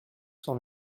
cent